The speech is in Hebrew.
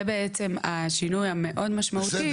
זה בעצם השינוי המאוד משמעותי.